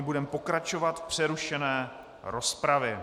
Budeme pokračovat v přerušené rozpravě.